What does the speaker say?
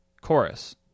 chorus